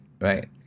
right